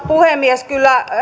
puhemies kyllä